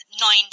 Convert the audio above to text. nine